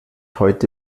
heute